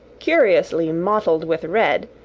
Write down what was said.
curiously mottled with red,